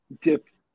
dipped